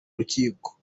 rukiko